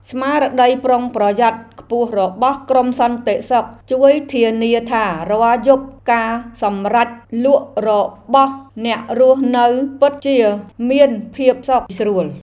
ស្មារតីប្រុងប្រយ័ត្នខ្ពស់របស់ក្រុមសន្តិសុខជួយធានាថារាល់យប់ការសម្រាករបស់អ្នករស់នៅពិតជាមានភាពសុខស្រួល។